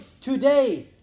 today